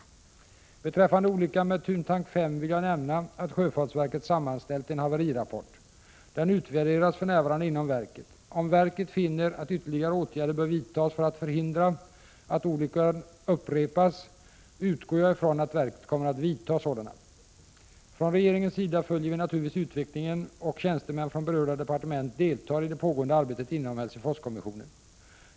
Beträffande olyckan med Thuntank 5 vill jag nämna att sjöfartsverket sammanställt en haverirapport. Den utvärderas för närvarande inom verket. Om verket finner att ytterligare åtgärder bör vidtas för att förhindra att olyckan upprepas utgår jag ifrån att verket kommer att vidta sådana. Från regeringens sida följer vi naturligtvis utvecklingen, och tjänstemän från berörda departement deltar i det pågående arbetet inom Helsingforskommissionen.